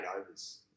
overs